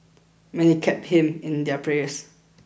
many kept him in their prayers